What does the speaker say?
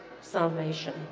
salvation